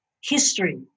history